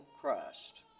Christ